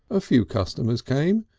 a few customers came,